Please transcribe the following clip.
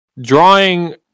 drawing